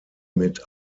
mit